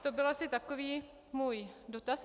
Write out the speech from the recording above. To byl asi takový můj dotaz.